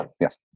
Yes